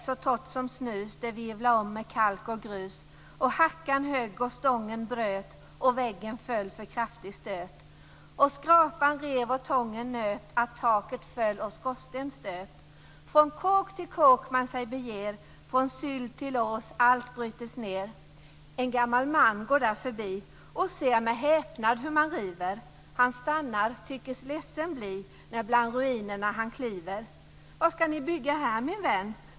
Så torrt som snus, Det virvlar om Och väggen föll En gammal man går där förbi Och ser med häpnad hur man river. Han stannar; tyckes ledsen bli, När bland ruinerna han kliver. "- Vad skall ni bygga här min vän?